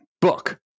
Book